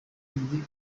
ndi